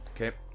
Okay